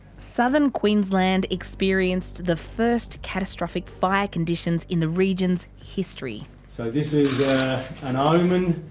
southern queensland experienced the first catastrophic fire conditions in the region's history. so this is an omen,